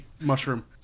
mushroom